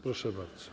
Proszę bardzo.